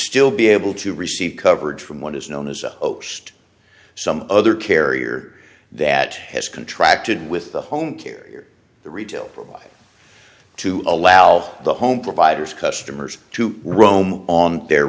still be able to receive coverage from what is known as a host some other carrier that has contracted with the home carrier the retail provide to allow the home providers customers to roam on their